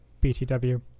BTW